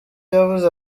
yavuze